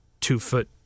two-foot